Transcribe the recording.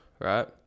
right